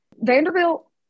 Vanderbilt